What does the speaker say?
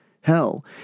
Hell